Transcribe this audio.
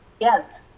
Yes